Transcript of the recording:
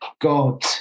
God